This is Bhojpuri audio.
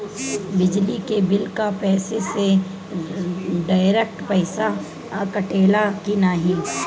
बिजली के बिल का बैंक से डिरेक्ट पइसा कटेला की नाहीं?